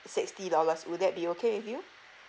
sixty dollars would that be okay with you